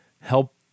help